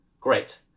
Great